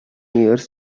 years